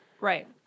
Right